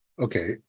Okay